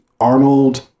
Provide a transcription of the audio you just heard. Arnold